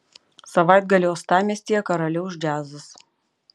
savaitgalį uostamiestyje karaliaus džiazas